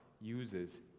uses